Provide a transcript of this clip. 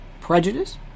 prejudice